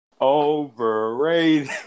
Overrated